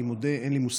אני מודה, אין לי מושג.